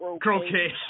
Croquet